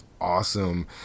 awesome